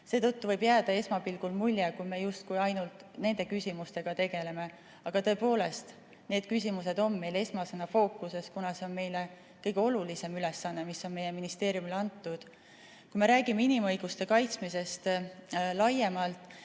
Seetõttu võib jääda esmapilgul mulje, et me justkui ainult nende küsimustega tegelemegi. Tõepoolest, need küsimused on meil esmasena fookuses, kuna see on kõige olulisem ülesanne, mis meie ministeeriumile on antud. Kui rääkida inimõiguste kaitsmisest laiemalt,